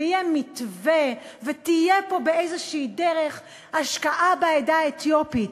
יהיה מתווה ותהיה פה באיזושהי דרך השקעה בעדה האתיופית.